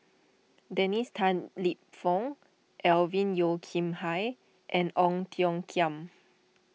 Dennis Tan Lip Fong Alvin Yeo Khirn Hai and Ong Tiong Khiam